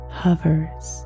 hovers